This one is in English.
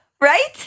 Right